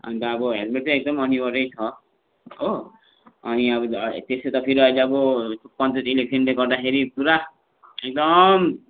अन्त अब हेलमेट चाहिँ एकदम अनिवार्यै छ हो अनि अब त्यसो त फेरि अहिले अब पञ्चायत इलेक्सनले गर्दाखेरि पुरा एकदम